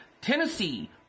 Tennessee